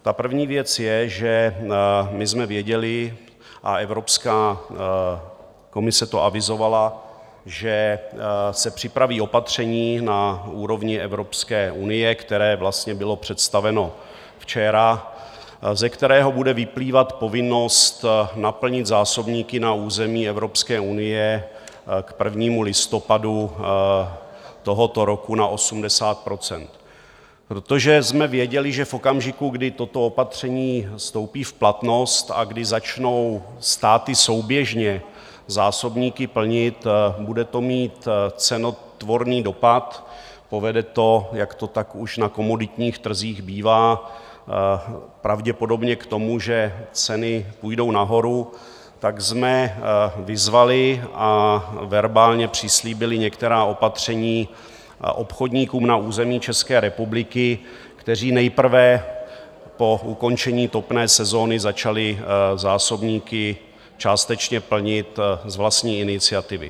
Ta první věc je, že my jsme věděli, a Evropská komise to avizovala, že se připraví opatření na úrovni Evropské unie, které bylo představeno včera, ze kterého bude vyplývat povinnost naplnit zásobníky na území Evropské unie k 1. listopadu tohoto roku na 80 %, protože jsme věděli, že v okamžiku, kdy toto opatření vstoupí platnost a kdy začnou státy souběžně zásobníky plnit, bude to mít cenotvorný dopad, povede to, jak to tak už na komoditních trzích bývá, pravděpodobně k tomu, že ceny půjdou nahoru, tak jsme vyzvali a verbálně přislíbili některá opatření obchodníkům na území České republiky, kteří nejprve po ukončení topné sezóny začali zásobníky částečně plnit z vlastní iniciativy.